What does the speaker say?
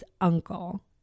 uncle